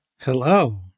Hello